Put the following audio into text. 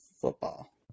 football